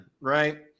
right